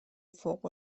فوق